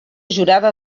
jurada